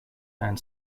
and